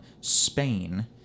Spain